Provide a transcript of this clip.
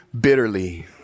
bitterly